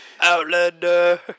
Outlander